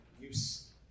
use